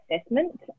assessment